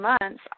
months